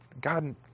God